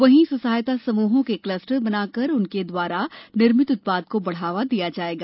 वहीं स्व सहायता समूहों के क्लस्टर बनाकर उनके द्वारा निर्मित उत्पाद को बढ़ावा दिया जाएगा